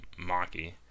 Maki